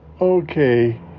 Okay